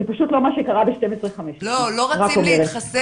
זה פשוט לא מה שקרה בגילאי 15-12. לא רצים להתחסן,